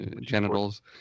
genitals